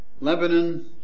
Lebanon